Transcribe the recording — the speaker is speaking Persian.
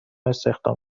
استخدام